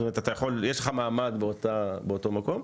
יש לך מעמד באותו מקום,